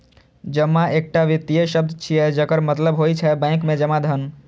जमा एकटा वित्तीय शब्द छियै, जकर मतलब होइ छै बैंक मे जमा धन